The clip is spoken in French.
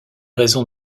raisons